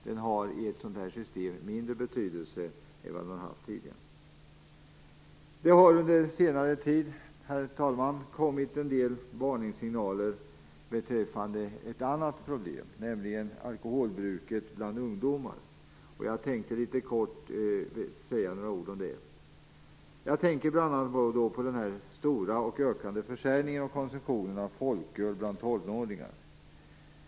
Den har med det här systemet mindre betydelse än vad den tidigare har haft. Herr talman! Det har under senare tid kommit en del varningssignaler beträffande ett annat problem, nämligen alkoholbruket bland ungdomar, och jag vill säga några ord om detta. Jag tänker bl.a. på den stora och ökande försäljningen och konsumtionen av folköl bland tonåringar.